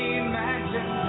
imagine